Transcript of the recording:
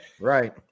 Right